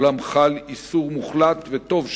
אולם חל איסור מוחלט, וטוב שכך,